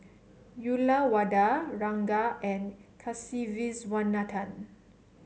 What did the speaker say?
Uyyalawada Ranga and Kasiviswanathan